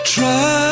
Try